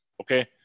Okay